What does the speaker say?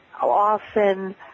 often